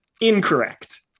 Incorrect